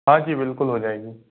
हाँ जी बिल्कुल हो जाएगी